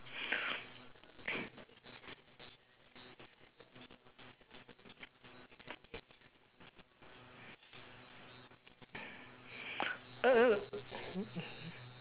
oh